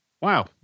wow